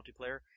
multiplayer